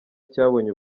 cyabonye